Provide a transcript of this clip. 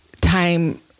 time